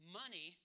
money